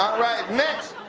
right. next,